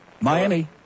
Miami